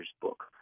book